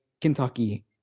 Kentucky